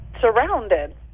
surrounded